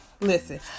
Listen